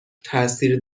تاثیر